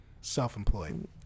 Self-employed